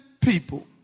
people